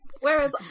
Whereas